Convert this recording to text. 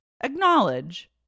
acknowledge